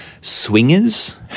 swingers